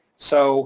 so